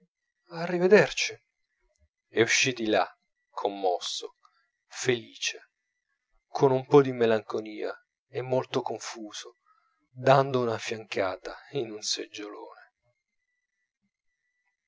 rivederci e uscii di là commosso felice con un po di melanconia e molto confuso dando una fiancata in un seggiolone